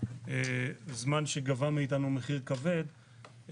זמן שגבה מאתנו מחיר כבד,